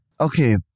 Okay